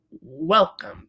welcome